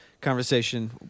conversation